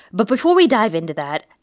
but before we dive into that,